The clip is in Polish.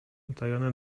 utajone